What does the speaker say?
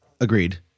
Agreed